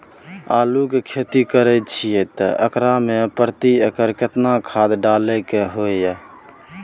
आलू के खेती करे छिये त एकरा मे प्रति एकर केतना खाद डालय के होय हय?